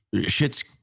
shit's